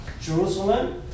Jerusalem